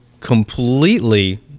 completely